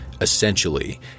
essentially